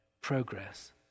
progress